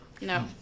No